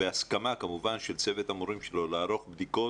בהסכמה של צוות המורים בדיקות?